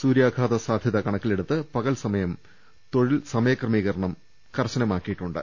സൂര്യാഘാത സാധ്യതകണക്കിലെടുത്ത് പകൽ സമയം തൊഴിൽ സമയക്രമീകരണം കർശനമാക്കിയിട്ടുണ്ട്